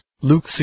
Luke